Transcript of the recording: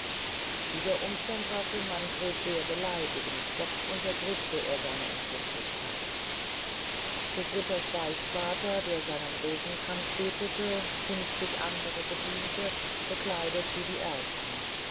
dieser umstand war für manfred sehr beleidigend doch unterdrückte er seine empfindlichkeit des ritters beichtvater der seinen rosenkranz betete funfzig andre bediente gekleidet wie die ersten